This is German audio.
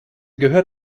gehört